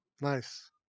Nice